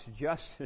justice